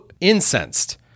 incensed